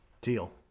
Deal